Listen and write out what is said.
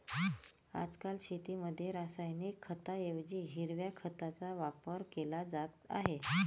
आजकाल शेतीमध्ये रासायनिक खतांऐवजी हिरव्या खताचा वापर केला जात आहे